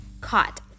caught